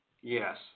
Yes